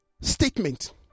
statement